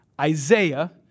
Isaiah